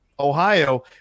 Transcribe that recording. ohio